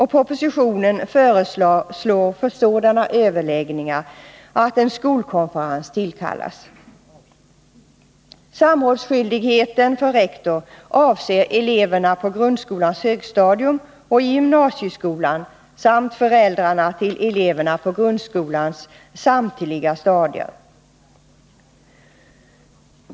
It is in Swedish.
I propositionen föreslås att en skolkonferens inkallas för sådana överläggningar.